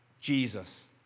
Jesus